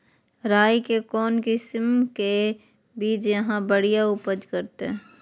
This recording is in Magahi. राई के कौन किसिम के बिज यहा बड़िया उपज करते?